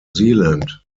zealand